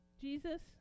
Jesus